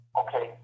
okay